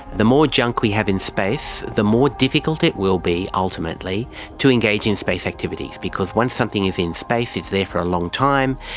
the more junk we have in space, the more difficult it will be ultimately to engage in space activities, because once something is in space it's there for a long time,